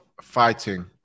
fighting